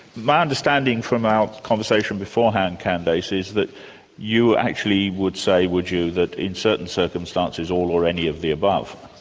my understanding from our conversation beforehand candace, is that you actually would say, would you, that in certain circumstances all or any of the above?